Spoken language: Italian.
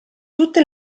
tutte